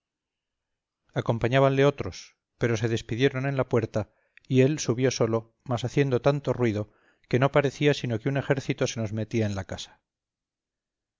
teatro acompañábanle otros pero se despidieron en la puerta y él subió solo mas haciendo tanto ruido que no parecía sino que un ejército se nos metía en la casa